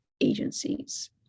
agencies